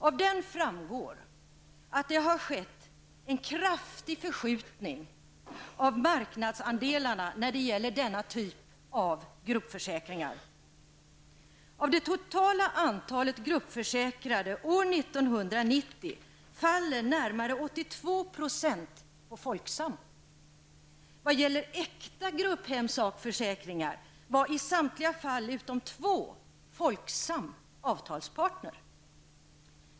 Av den framgår att det har skett en kraftig förskjutning av marknadsandelarna när det gäller denna typ av gruppförsäkringar. Av det totala antalet gruppförsäkrade år 1990 var närmare 82 % tecknade i Folksam. Vad gäller äkta grupphemförsäkringar var i samtliga fall utom två Folksam avtalspartner.